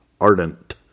ardent